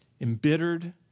embittered